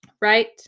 Right